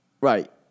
Right